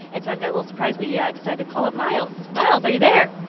and so i've got a little surprise. we yeah decided to call up miles. miles, are you there?